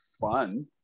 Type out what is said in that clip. fun